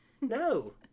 No